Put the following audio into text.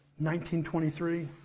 1923